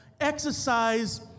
exercise